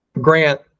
Grant